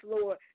Lord